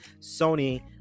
sony